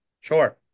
Sure